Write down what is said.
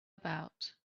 about